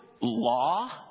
law